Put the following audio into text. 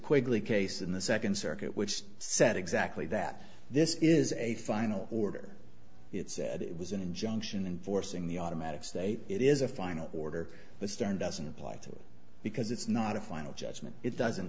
quickly case in the second circuit which said exactly that this is a final order it said it was an injunction and forcing the automatic stay it is a final order but stern doesn't apply to it because it's not a final judgment it doesn't